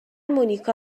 مونیکا